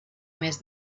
mes